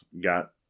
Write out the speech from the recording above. got